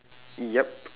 yup